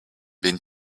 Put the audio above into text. been